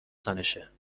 تنشه